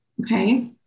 okay